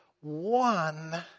one